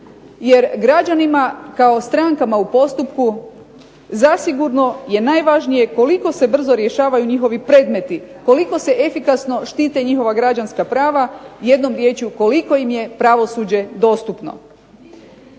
Jer građanima kao strankama u postupku zasigurno je najvažnije koliko se brzo rješavaju njihovi predmeti, koliko se efikasno štite njihova građanska prava. Jednom riječju koliko im je pravosuđe dostupno?